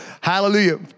Hallelujah